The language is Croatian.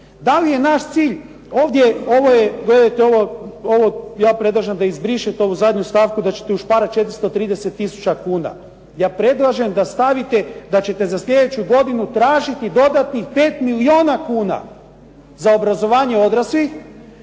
Da li je naš cilj, ovo predlažem da izbrišete ovu zadnju stavku i da ćete ušparati 430 tisuća kuna, ja predlažem da stavite, da ćete za sljedeću godinu tražiti dodatnih 5 milijuna kuna za obrazovanje odraslih,